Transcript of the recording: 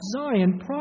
Zion